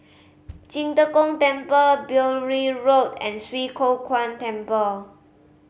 Qing De Gong Temple Beaulieu Road and Swee Kow Kuan Temple